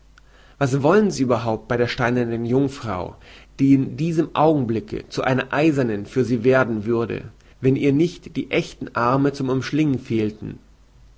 was wollen sie überhaupt bei der steinernen jungfrau die in diesem augenblicke zu einer eisernen für sie werden würde wenn ihr nicht die ächten arme zum umschlingen fehlten